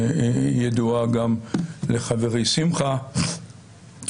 שידועה גם לחברי שמחה.